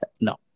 no